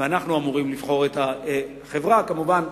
ואנחנו אמורים לבחור את החברה, כמובן,